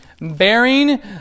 bearing